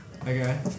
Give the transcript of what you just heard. Okay